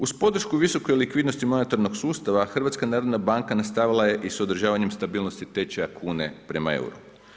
Uz podršku visoke likvidnosti monetarnog sustava HNB nastavila je i s određivanjem stabilnosti tečaja kune prema euru.